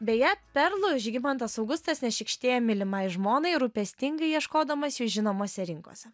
beje perlų žygimantas augustas nešykštėjo mylimai žmonai rūpestingai ieškodamas jos žinomose rinkose